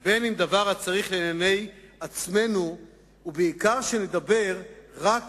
כי אם דבר הצריך לענייני עצמנו, ובעיקר, שנדבר רק